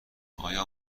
آیا